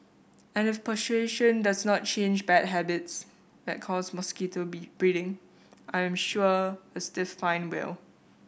and if persuasion does not change bad habits that cause mosquito be breeding I am sure a stiff fine will